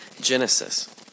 Genesis